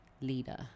leader